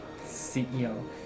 CEO